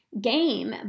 game